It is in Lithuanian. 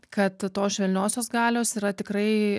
kad tos švelniosios galios yra tikrai